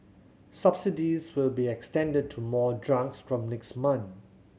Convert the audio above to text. subsidies will be extended to more drugs from next month